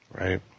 Right